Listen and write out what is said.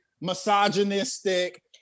misogynistic